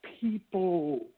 people